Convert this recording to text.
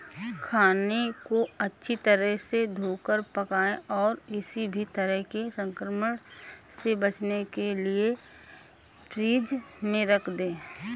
खाने को अच्छी तरह से धोकर पकाएं और किसी भी तरह के संक्रमण से बचने के लिए फ्रिज में रख दें